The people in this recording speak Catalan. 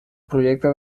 projecte